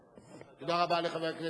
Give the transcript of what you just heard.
תודה רבה לחבר הכנסת.